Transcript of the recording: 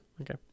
okay